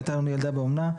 הייתה לנו ילדה באומנה,